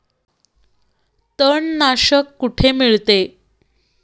तणनाशक कुठे मिळते?